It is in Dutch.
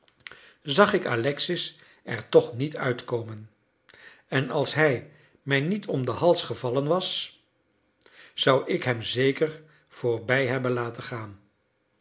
zag ik alexis er toch niet uitkomen en als hij mij niet om den hals gevallen was zou ik hem zeker voorbij hebben laten gaan